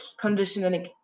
conditioning